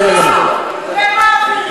ומעבירים,